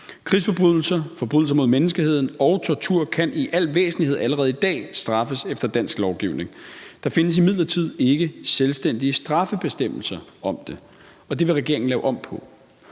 Krigsforbrydelser, forbrydelser mod menneskeheden og tortur kan i al væsentlighed allerede i dag straffes efter dansk lovgivning. Der findes imidlertid ikke selvstændige straffebestemmelser om det, og det vil regeringen lave om på.